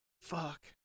Fuck